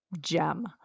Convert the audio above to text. gem